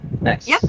Next